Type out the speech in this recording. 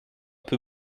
peu